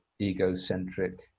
egocentric